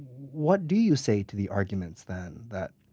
what do you say to the arguments then that